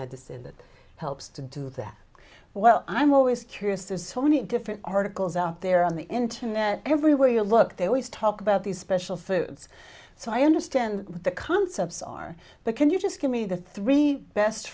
medicine that helps to do that well i'm always curious there's so many different articles out there on the internet everywhere you look they always talk about these special foods so i understand the concepts are but can you just give me the three best